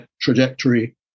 trajectory